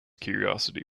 curiosity